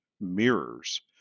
mirrors